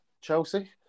Chelsea